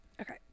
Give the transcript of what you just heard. okay